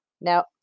Now